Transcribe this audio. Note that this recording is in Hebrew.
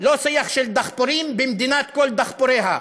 לא שיח של דחפורים במדינת כל דחפוריה.